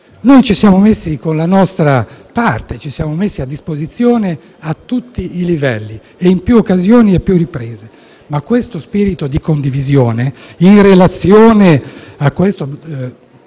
Noi ci siamo messi, con la nostra parte, a disposizione a tutti i livelli, in più occasioni e a più riprese, ma questo spirito di condivisione, in relazione a questo